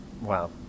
Wow